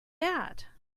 that